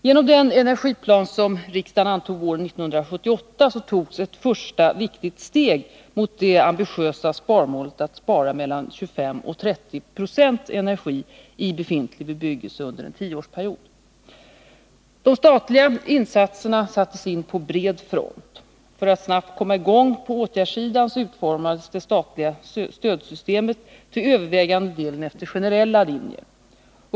Genom den energisparplan som riksdagen antog våren 1978 togs ett första viktigt steg mot det ambitiösa målet att spara mellan 25 och 30 26 energi i befintlig bebyggelse under en tioårsperiod. De statliga insatserna sattes in på bred front. För att snabbt komma i gång på åtgärdssidan utformades det statliga stödsystemet till övervägande del efter generella linjer.